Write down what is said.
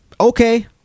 okay